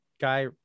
guy